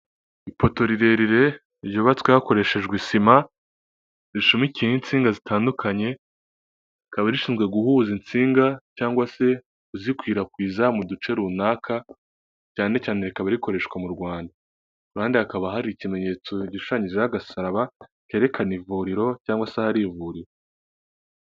Ipoto rirerire ryubatswe hakoreshejwe isima, rishumikiyeweho insinga zitandukanye rikaba rishinzwe guhuza insinga, cyangwa se kuzikwirakwiza mu duce runaka, cyane cyane rikaba rikoreshwa mu Rwanda. Ku ruhande hakaba hari ikimenyetso gishushanyijeho agasaraba kerekana ivuriro cyangwa se ahari ivuriro.